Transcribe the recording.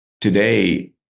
Today